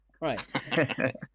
Right